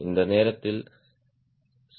இந்த நேரத்தில் சி